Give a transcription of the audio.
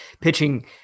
pitching